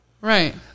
Right